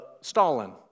Stalin